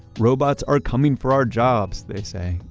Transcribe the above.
robots are coming for our jobs, they say,